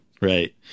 right